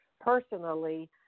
personally